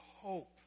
hope